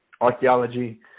archaeology